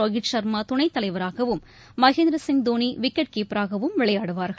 ரோஹித் ஷர்மா துணைத் தலைவராகவும் மகேந்திர சிங் தோனி விக்கெட் கீப்பராகவும் விளையாடுவார்கள்